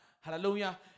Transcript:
Hallelujah